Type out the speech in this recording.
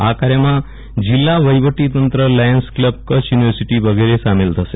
આ કાર્યમાં જિલ્લા વહીવટી તંત્ર લાયન્સ ક્લબ કચ્છ યુનિવર્સિટી વગેરે સામેલ થશે